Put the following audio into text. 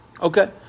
Okay